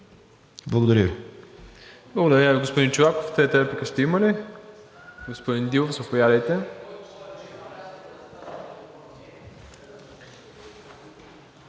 Благодаря Ви.